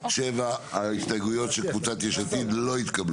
0 ההסתייגויות של קבוצת "יש עתיד" לא התקבלו.